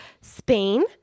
Spain